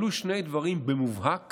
עלו שני דברים במובהק